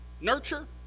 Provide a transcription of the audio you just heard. nurture